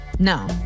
No